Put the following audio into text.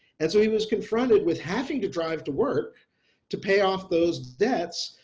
and so he was confronted with having to drive to work to pay off those debts,